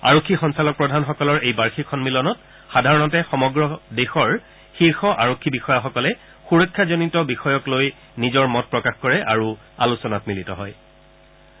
আৰক্ষী সঞ্চালকপ্ৰধানসকলৰ এই বাৰ্ষিক সন্মিলনত সাধাৰণতে সমগ্ৰ দেশৰ শীৰ্ষ আৰক্ষী বিষয়াসকলে সুৰক্ষাজনিত বিষয়ক লৈ নিজৰ মত প্ৰকাশ কৰে আৰু আলোচনা চলায়